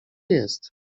jest